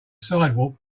sidewalk